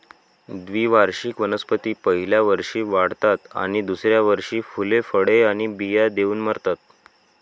द्विवार्षिक वनस्पती पहिल्या वर्षी वाढतात आणि दुसऱ्या वर्षी फुले, फळे आणि बिया देऊन मरतात